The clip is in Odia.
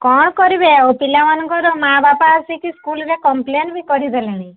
କ'ଣ କରିବେ ଆଉ ପିଲାମାନଙ୍କର ମାଆ ବାପା ଆସିକି ସ୍କୁଲ୍ରେ କମ୍ପଲେନ୍ ବି କରିଦେଲେଣି